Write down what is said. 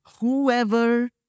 whoever